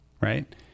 Right